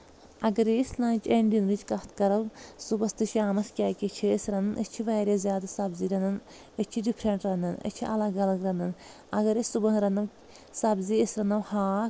اگرے أسۍ lunch and ڈنرٕچ کتھ کرو صُبحس تہٕ شامس کیٛاہ کیٛاہ چھِ أسۍ رنان أسۍ چھِ واریاہ زیادٕ سبٕزی رنان أسۍ چھِ ڈفرنٹ رنان أسۍ چھِ الگ الگ رنان اگرے أسۍ صُبحن رنو سبٕزی أسۍ رنو ہاکھ